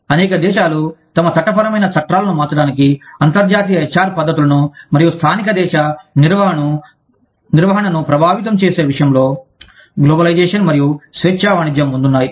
అనేక దేశాలు తమ చట్టపరమైన చట్రాలను మార్చడానికి అంతర్జాతీయ హెచ్ఆర్ పద్ధతులను మరియు స్థానిక దేశ నిర్వహణను ప్రభావితం చేసే విషయంలో గ్లోబలైజేషన్ మరియు స్వేచ్ఛా వాణిజ్యం ముందున్నాయి